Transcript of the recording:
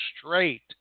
straight